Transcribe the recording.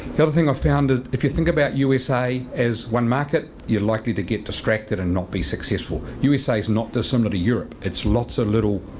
the other thing i've ah found ah if you think about usa as one market you're likely to get distracted and not be successful, usa is not dissimilar to europe. it's lots of little